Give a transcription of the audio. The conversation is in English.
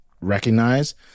recognize